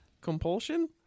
compulsion